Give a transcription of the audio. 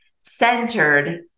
centered